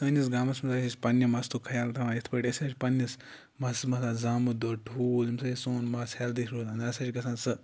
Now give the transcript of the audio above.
سٲنِس گامَس منٛز أسۍ پَنٛنہِ مَستُک خیال تھاوان یِتھ پٲٹھۍ أسۍ ہَسا چھِ پنٛنِس مَستس متھان زامُت دۄد ٹھوٗل ییٚمہِ سۭتۍ چھِ سون مَس ہٮ۪لدی روزان نہ سا چھِ گژھان سہٕ